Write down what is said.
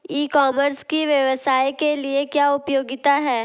ई commerce की व्यवसाय के लिए क्या उपयोगिता है?